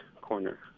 corner